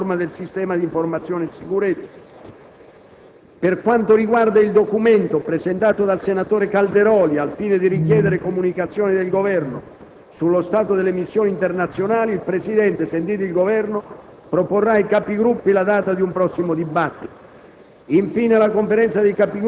l'esame del disegno di legge di riforma del sistema di informazione e sicurezza. Per quanto riguarda il documento presentato dal senatore Calderoli al fine di richiedere comunicazioni del Governo sullo stato delle missioni internazionali, il Presidente, sentito il Governo, proporrà ai Capigruppo la data di un prossimo dibattito.